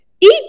Eat